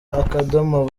akadomo